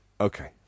Okay